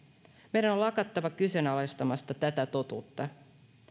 meidän on lakattava kyseenalaistamasta tätä totuutta